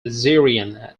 assyrian